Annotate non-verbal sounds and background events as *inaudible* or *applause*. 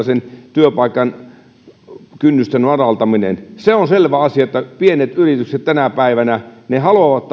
*unintelligible* sen työpaikan kynnyksen madaltaminen se on selvä asia että pienet yritykset tänä päivänä haluavat palkata